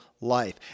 life